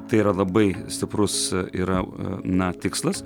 tai yra labai stiprus yra na tikslas